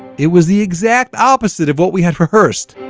it was the exact opposite of what we had rehearsed